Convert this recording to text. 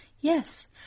Yes